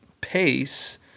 pace